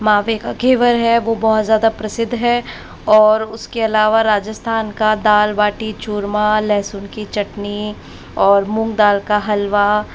मावे का घेवर है वो बहुत ज़्यादा प्रसिद्ध है और उसके अलावा राजस्थान का दाल बाटी चूरमा लहसुन की चटनी और मूंग दाल का हलवा